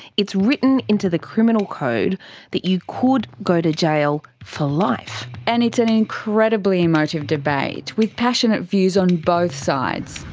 it's written into the criminal code that you could go to jail for life! and it's an incredibly emotive debate, with passionate views on both sides.